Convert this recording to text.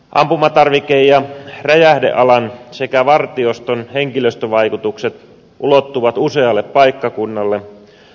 ampumatarvike ja räjähdealan sekä vartioston henkilöstövaikutukset ulottuvat usealle paikkakunnalle